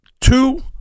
two